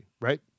right